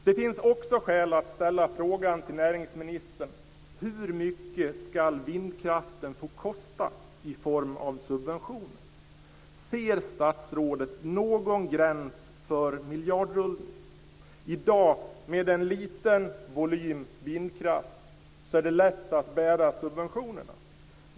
Det finns också skäl att ställa frågan till näringsministern: Hur mycket ska vindkraften få kosta i form av subventioner? Ser statsrådet någon gräns för miljardrullningen? I dag, med en liten volym vindkraft, är det lätt att bära subventionerna.